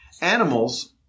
Animals